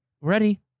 ready